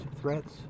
threats